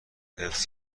حفظ